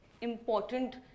important